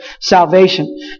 salvation